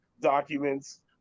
documents